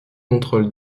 contrôle